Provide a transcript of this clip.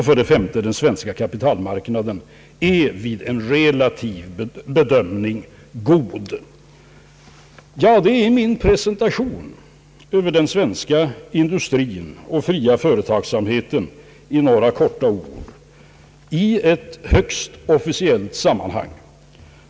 5) Den svenska kapitalmarknaden är vid en relativ bedömning god.» Detta är min presentation av den svenska industrin och fria företagsamheten i några korta ord i ett högst officiellt sammanhang.